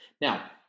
Now